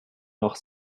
noch